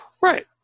Right